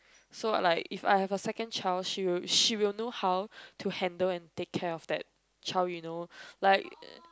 so like if I have a second child she will she will know how to handle and take care of that child you know like